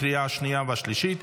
לקריאה השנייה והשלישית.